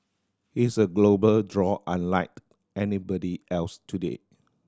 he's a global draw unlike anybody else today